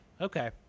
Okay